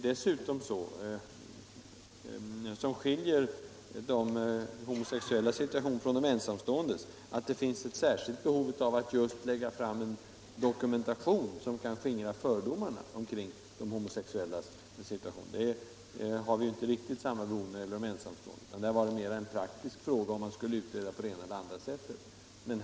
Vad som skiljer de homosexuellas situation från de ensamståendes är att det finns ett särskilt behov att lägga fram en dokumentation som kan skingra fördomarna kring homosexualitet. Det har vi inte riktigt samma behov av när det gäller de ensamstående. I det fallet var det mera en praktisk fråga, om man skulle utreda på det ena eller andra sättet.